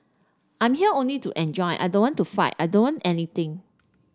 I'm here only to enjoy I don't want to fight I don't want anything